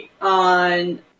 on